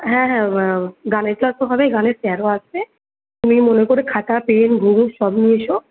হ্যাঁ হ্যাঁ গানের ক্লাসও হবে গানের স্যারও আসবে তুমি মনে করে খাতা পেন ঘুঙুর সব নিয়ে এসো